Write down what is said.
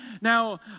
Now